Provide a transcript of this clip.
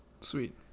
Sweet